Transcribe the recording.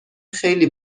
خیلی